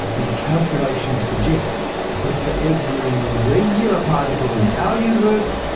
the calculations suggest that for every regular particle in our universe,